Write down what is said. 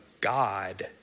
God